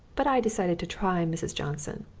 but i decided to try mrs. johnson.